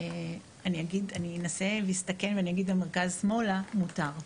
אני אנסה להסתכן ואני אגיד המרכז-שמאלה, מותר.